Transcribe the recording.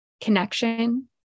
connection